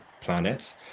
planet